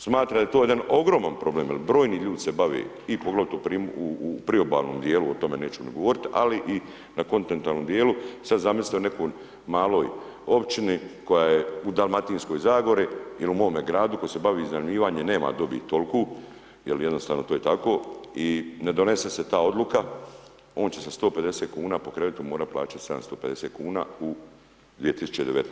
Smatram da je to jedan ogroman problem jer brojni ljudi se bave i poglavito u priobalnom dijelu, o tome neću ni govoriti ali i na kontinentalnom dijelu, sada zamislite u nekoj maloj općini koja je u Dalmatinskoj zagori jer u mome gradu koji se bavi iznajmljivanjem nema dobit toliku jer jednostavno to je tako i ne donese se ta odluka on će sa 150 kuna po krevetu morati plaćati 750 kuna u 2019.